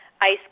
ice